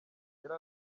yari